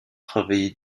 travailler